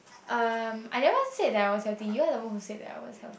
um I never said that I was healthy you are the one who said that I was healthy